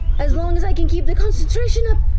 as long as i can keep the concentration up,